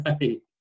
right